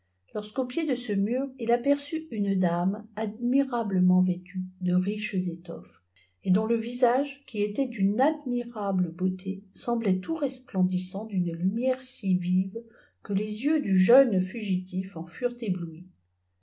lorsqu'au pied de ce mur il aperçut une dame admirablement vêtue de riches étoffes et dont le visage qui était d'une admirable beauté semblait tout resplendissant d'une lumière si vive que les yeux du jeune fugitif en furent éblouis